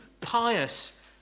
pious